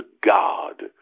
God